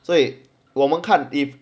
最我们看的